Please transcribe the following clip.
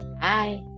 bye